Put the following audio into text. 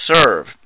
serve